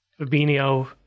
Fabinho